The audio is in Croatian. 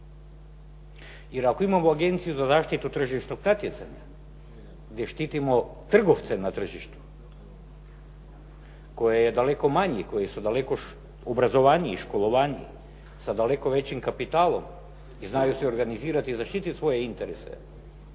Jer ako imamo Agenciju za zaštitu tržišnog natjecanja gdje štitimo trgovce na tržištu kojih je daleko manje, koji su daleko obrazovaniji, školovaniji sa daleko većim kapitalom i znaju se organizirati i zaštititi svoje interese.